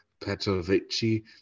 Petrovici